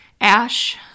Ash